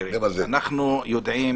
תראה, אנחנו יודעים